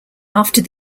after